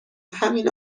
ریهمین